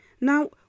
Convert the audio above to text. Now